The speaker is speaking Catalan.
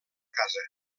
casa